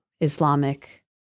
Islamic